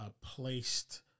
placed